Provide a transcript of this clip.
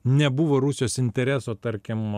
nebuvo rusijos intereso tarkim